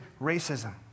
racism